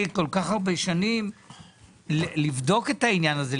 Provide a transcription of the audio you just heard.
כל כך הרבה שנים לבדוק את העניין הזה,